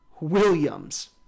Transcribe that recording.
Williams